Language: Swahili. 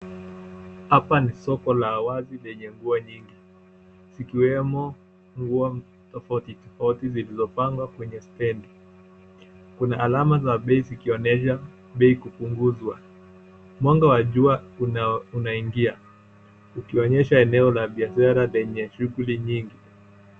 Hapa ni soko la wazi lenye shughuli nyingi zikiwemo nguo tofauti tofauti zilizopangwa kwenye stendi. Kuna alama za bei zikionyesha bei kupunguzwa. Mwanga wa jua unaingia ukionyesha eneo la biashara lenye shughuli nyingi.